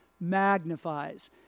magnifies